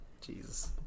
Jesus